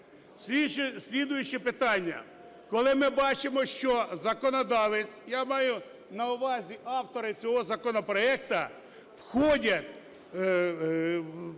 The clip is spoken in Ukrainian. Коли ми бачимо, що законодавець… Я маю на увазі автори цього законопроекту входять в